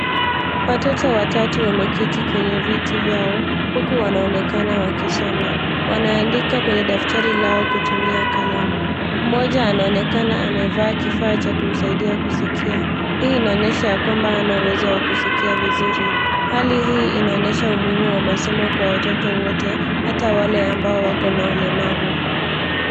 Watoto watatu wameketi kwenye viti vyao, huku wanaonekana wakisoma. Wanaandika kwenye daftari lao kutumia kalamu. Mmoja anaonekana amevaa kifaa cha kumsaidia kusikia. Hii inaonyesha ya kwamba hana uwezo wa kusikia vizuri. Hali hii inaonyesha umuhimu wa masomo kwa watoto wote, hata wale ambao wako na ulemavu.